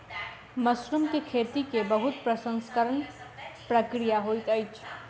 mushroom के खेती के बहुत प्रसंस्करण प्रक्रिया होइत अछि